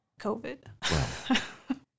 COVID